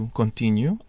continue